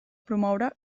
promoure